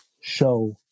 show